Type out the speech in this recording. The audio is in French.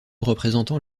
représentant